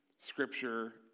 scripture